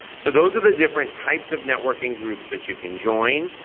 so those are the different types of networking groups that you can join,